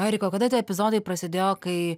o erika kada tie epizodai prasidėjo kai